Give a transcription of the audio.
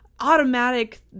automatic